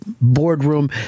boardroom